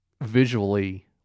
visually